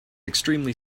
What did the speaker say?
extremely